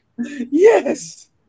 Yes